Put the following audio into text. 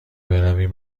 برویم